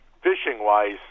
fishing-wise